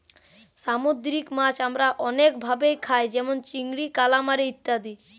সামুদ্রিক মাছ আমরা অনেক ভাবে খাই যেমন চিংড়ি, কালামারী ইত্যাদি